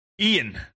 Ian